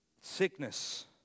sickness